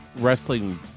wrestling